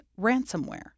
ransomware